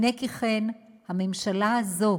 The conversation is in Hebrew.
הנה כי כן, הממשלה הזאת